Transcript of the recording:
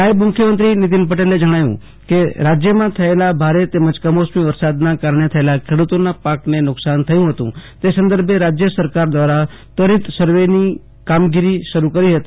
નાયબ મુખ્યમંત્રી નીતિન પટેલે જણાવ્યુ કે રાજયમાં થયેલા ભારે તેમજ કમોસમી વરસાદના કારણે થયેલા ખેડુતોના પાકને નુકસાન થયુ હતું તે સંદર્ભે રાજય સરકાર દ્રારા ત્વરિત સર્વેની કામગીરી શરૂ કરી હતી